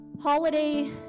Holiday